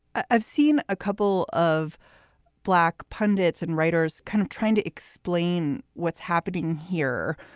i've seen a couple of black pundits and writers kind of trying to explain what's happening here.